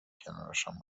کنارشان